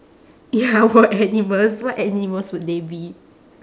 ya what animals what animals would they be